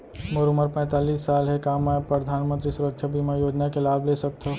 मोर उमर पैंतालीस साल हे का मैं परधानमंतरी सुरक्षा बीमा योजना के लाभ ले सकथव?